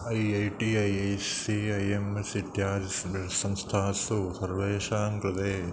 I I T I C I M इत्यादि स् संस्थासु सर्वेषां कृते